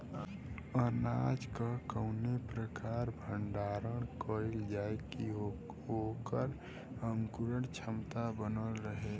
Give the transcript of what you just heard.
अनाज क कवने प्रकार भण्डारण कइल जाय कि वोकर अंकुरण क्षमता बनल रहे?